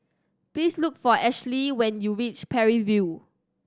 please look for Ashely when you reach Parry View